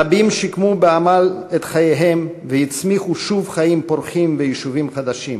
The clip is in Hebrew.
רבים שיקמו בעמל את חייהם והצמיחו שוב חיים פורחים ויישובים חדשים,